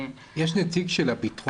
יש כאן נציג של המשרד לבטחון פנים?